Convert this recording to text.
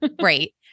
Right